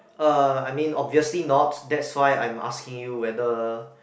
uh I mean obviously not that's why I'm asking you whether